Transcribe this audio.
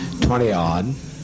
Twenty-odd